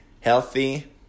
healthy